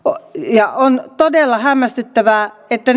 ja on todella hämmästyttävää että